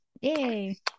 yay